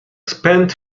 spanned